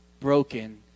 broken